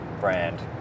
brand